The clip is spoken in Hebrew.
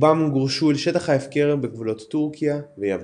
רובם גורשו אל שטח ההפקר בגבולות טורקיה ויוון.